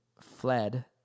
fled